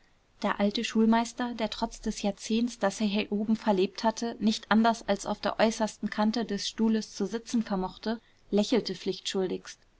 der alte schulmeister der trotz des jahrzehnts das er hier oben verlebt hatte nicht anders als auf der äußersten kante des stuhles zu sitzen vermochte lächelte